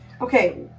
Okay